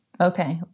Okay